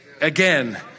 again